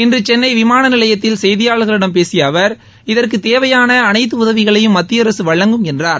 இன்று சென்னை விமான நிலையத்தில் செய்தியாளர்களிடம் பேசிய அவர் இதற்குத் தேவையான அனைத்து உதவிகளையும் மத்திய அரசு வழங்கும் என்றார்